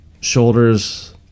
Shoulders